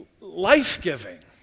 life-giving